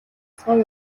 тусгай